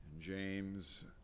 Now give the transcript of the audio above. James